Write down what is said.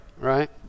right